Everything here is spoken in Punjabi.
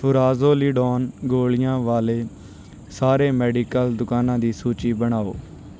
ਫੁਰਾਜ਼ੋਲੀਡੋਨ ਗੋਲੀਆਂ ਵਾਲੇ ਸਾਰੇ ਮੈਡੀਕਲ ਦੁਕਾਨਾਂ ਦੀ ਸੂਚੀ ਬਣਾਓ